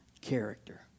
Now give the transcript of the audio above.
character